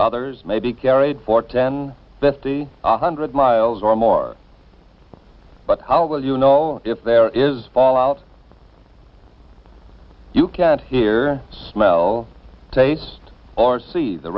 others may be carried for ten fifty a hundred miles or more but how will you know if there is fallout you can't hear smell taste or see the